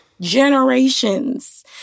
generations